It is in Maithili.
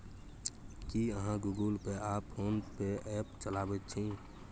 की अहाँ गुगल पे आ फोन पे ऐप चलाबैत छी?